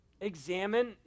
Examine